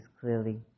clearly